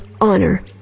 honor